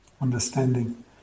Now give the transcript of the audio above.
understanding